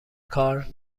کار